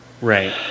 Right